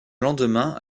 lendemain